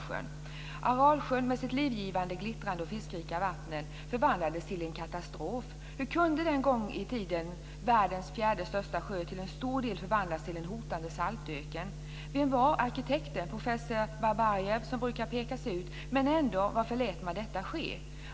Aralsjön med sitt livgivande, glittrande och fiskrika vatten förvandlades till en katastrof. Hur kunde den en gång i tiden världens fjärde största sjö till stor del förvandlas till en hotande saltöken? Vem var arkitekten? Var det professor Babajev som brukar pekas ut? Men ändå, varför lät man detta ske?